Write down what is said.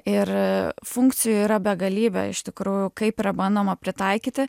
ir funkcijų yra begalybė iš tikrųjų kaip yra bandoma pritaikyti